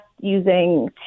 using